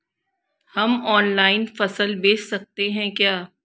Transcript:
हम ऑनलाइन फसल बेच सकते हैं क्या?